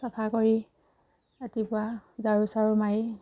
চাফা কৰি ৰাতিপুৱা ঝাৰু চাৰু মাৰি